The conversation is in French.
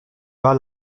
bas